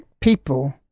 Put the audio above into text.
people